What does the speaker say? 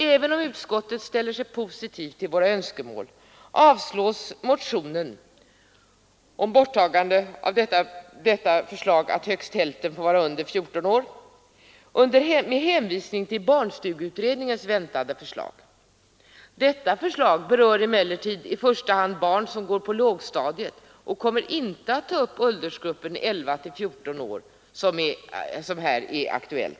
Även om utskottet ställer sig positivt till våra önskemål avstyrks motionen om borttagande av bestämmelsen att högst hälften av deltagarna i en sådan här studiecirkel får vara under 14 år med hänvisning till barnstugeutredningens väntade förslag. Detta förslag berör emellertid i första hand barn som går på lågstadiet och kommer inte att ta upp åldersgruppen 11—14 år som här är aktuell.